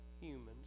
humans